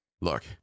Look